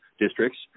districts